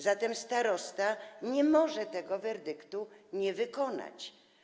Zatem starosta nie może tego werdyktu nie wykonać.